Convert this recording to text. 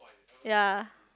yea